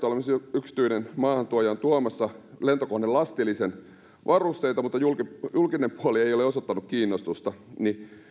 yksityinen maahantuoja on tuomassa lentokonelastillisen varusteita mutta julkinen julkinen puoli ei ole osoittanut kiinnostusta ja